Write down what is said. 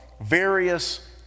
various